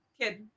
kid